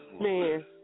man